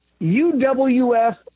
UWF